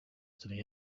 destiny